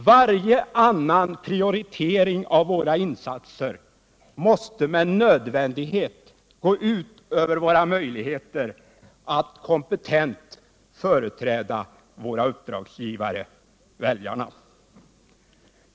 Varje annan prioritering av våra insatser måste med nödvändighet gå ut över våra möjligheter att kompetent företräda våra uppdragsgivare, väljarna.